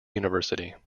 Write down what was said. university